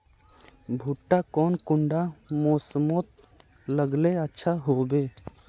भुट्टा कौन कुंडा मोसमोत लगले अच्छा होबे?